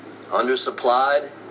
undersupplied